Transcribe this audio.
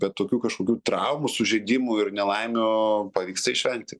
bet kokių kažkokių traumų sužeidimų ir nelaimių pavyksta išvengti